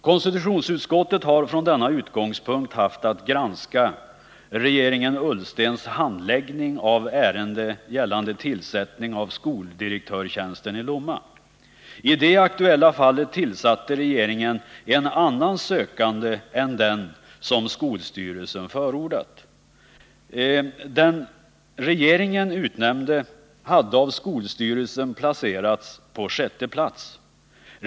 Konstitutionsutskottet har från denna utgångspunkt haft att granska regeringen Ullstens handläggning av ärendet gällande tillsättningen av skoldirektörstjänsten i Lomma. I det aktuella fallet tillsatte regeringen en annan sökande än den som skolstyrelsen förordat. Den sökande regeringen utnämnde hade av skolstyrelsen placerats på sjätte plats.